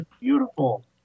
beautiful